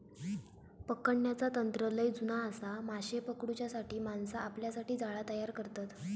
पकडण्याचा तंत्र लय जुना आसा, माशे पकडूच्यासाठी माणसा आपल्यासाठी जाळा तयार करतत